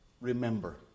Remember